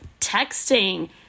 texting